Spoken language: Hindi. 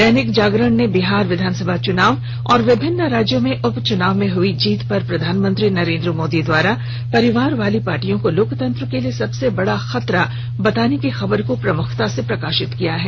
दैनिक जागरण ने बिहार विधानसभा चुनाव और विभिन्न राज्यों में उपचुनाव में हुई जीत पर प्रधानमंत्री नरेंद्र मोदी द्वारा परिवार वाली पार्टियों को लोकतंत्र के लिए सबसे बड़ा खतरा बताने की खबर को प्रमुखता से प्रकाशित किया है